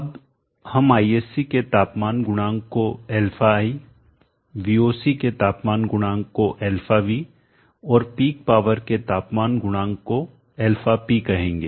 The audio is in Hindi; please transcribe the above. अब हम ISC के तापमान गुणांक को αi VOC के तापमान गुणांक को αv और पीक पावर के तापमान गुणांक को को αp कहेंगे